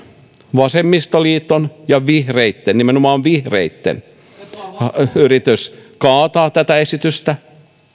vasemmistoliiton ja vihreitten nimenomaan vihreitten yritystä kaataa tätä esitystä